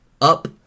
up